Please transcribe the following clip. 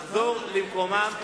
לחזור למקומם.